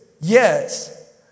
Yes